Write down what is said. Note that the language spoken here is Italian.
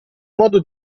modo